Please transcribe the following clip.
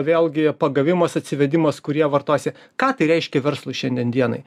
vėlgi pagavimas atsivedimas kurie vartos ją ką tai reiškia verslui šiandien dienai